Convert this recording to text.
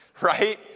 right